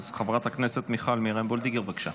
אז חברת הכנסת מיכל מרים וולדיגר, בבקשה.